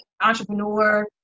entrepreneur